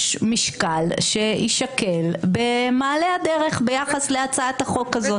משקל שיישקל במעלה הדרך ביחס להצעת החוק הזאת.